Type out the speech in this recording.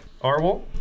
Arwol